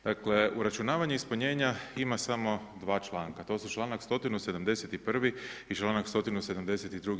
Dakle uračunavanje ispunjenja ima samo 2 članka, to su članak 171. i članak 172.